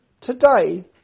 today